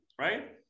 right